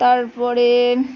তারপরে